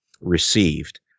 received